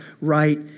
right